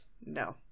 no